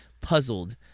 puzzled